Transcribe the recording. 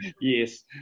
Yes